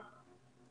אנחנו כבר מעלים אותו.